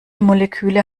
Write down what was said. moleküle